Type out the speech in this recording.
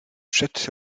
przed